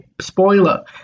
spoiler